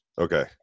Okay